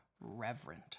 reverent